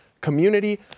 community